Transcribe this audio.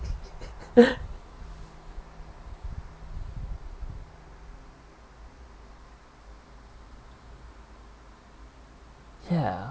ya